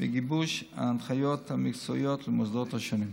בגיבוש ההנחיות המקצועיות למוסדות השונים.